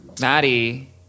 Maddie